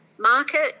market